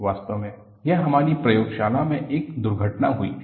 वास्तव में यह हमारी प्रयोगशाला में एक दुर्घटना हूई थी